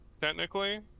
technically